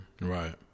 Right